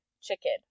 chicken